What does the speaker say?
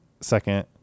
Second